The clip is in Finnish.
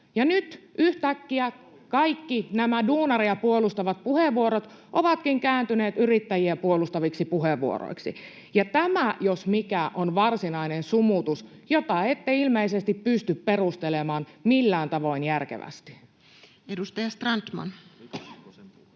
nyt yhtäkkiä kaikki nämä duunaria puolustavat puheenvuorot ovatkin kääntyneet yrittäjiä puolustaviksi puheenvuoroiksi? Tämä, jos mikä, on varsinainen sumutus, jota ette ilmeisesti pysty perustelemaan millään tavoin järkevästi. [Speech 217] Speaker: Toinen varapuhemies